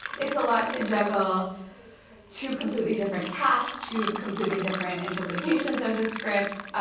it's a lot to juggle two completely different casts, two completely different interpretations of the script.